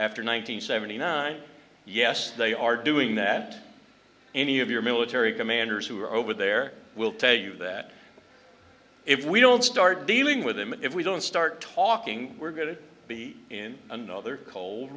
after nine hundred seventy nine yes they are doing that any of your military commanders who are over there will tell you that if we don't start dealing with them if we don't start talking we're going to be in another cold